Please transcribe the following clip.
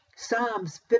Psalms